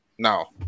now